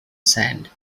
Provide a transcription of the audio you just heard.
sand